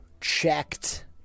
checked